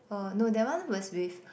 orh no that one was with